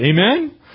Amen